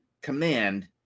command